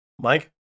Mike